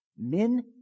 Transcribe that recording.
Men